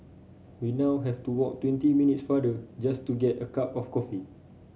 we now have to walk twenty minutes farther just to get a cup of coffee